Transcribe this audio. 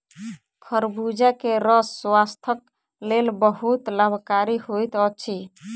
खरबूजा के रस स्वास्थक लेल बहुत लाभकारी होइत अछि